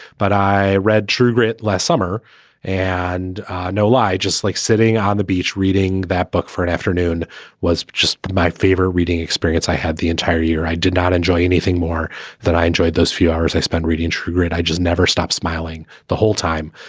but i read true grit last summer and no lie, just like sitting on the beach reading that book for an afternoon was just my favorite reading experience i had the entire year. i did not enjoy anything more than i enjoyed those few hours i spent reading and triggered. i just never stop smiling the whole time.